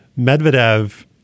Medvedev